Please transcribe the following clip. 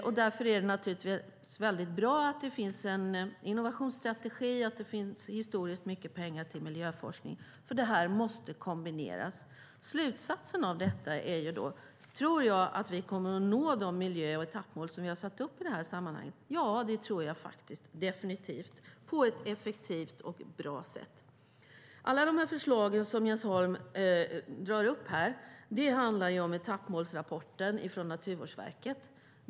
Därför är det naturligtvis bra att det finns en innovationsstrategi och att det finns historiskt mycket pengar till miljöforskning. De måste kombineras. Kommer vi att nå de miljö och etappmål som vi har satt upp i sammanhanget? Ja, det tror jag definitivt - på ett effektivt och bra sätt. Alla de förslag Jens Holm har tagit upp här handlar om etappmålsrapporten från Naturvårdsverket.